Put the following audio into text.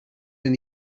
than